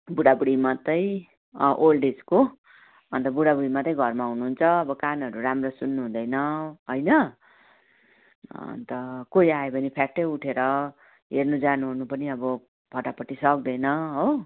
बुढाबुढी मात्रै ओल्ड एजको अन्त बुढाबुढी मात्रै घरमा हुनुहुन्छ अब कानहरू राम्रो सुन्नुहुँदैन होइन अन्त कोही आयो भने फ्याट्टै उठेर हेर्नु जानुओर्नु पनि अब फटाफटी सक्दैन हो